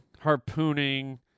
harpooning